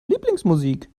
lieblingsmusik